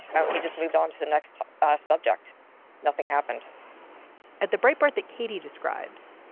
ah he just moved on to the next subject nothing happened at the break part that katie describes.